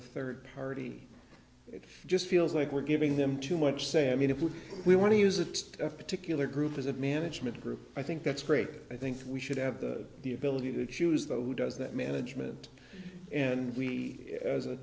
a third party it just feels like we're giving them too much say i mean if we want to use a particular group as a management group i think that's great i think we should have the ability to choose those who does that management and we as a